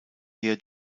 her